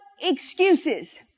excuses